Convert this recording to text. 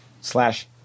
slash